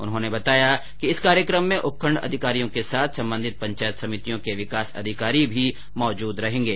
उन्होंने बताया कि इस कार्यक्रम में उपखण्ड अधिकारियों के साथ सम्बंधित पंचायत समितियों के विकास अधिकारी भी मौजूद रहेंगे